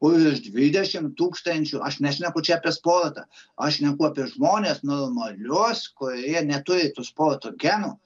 už dvidešimt tūkstančių aš nešneku čia apie sportą aš šneku apie žmones normalius kurioje neturi tų sporto genų